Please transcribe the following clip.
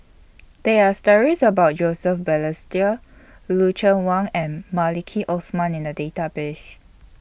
There Are stories about Joseph Balestier Lucien Wang and Maliki Osman in The Database